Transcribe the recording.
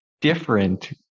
different